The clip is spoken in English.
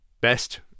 best